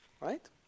Right